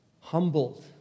humbled